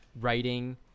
writing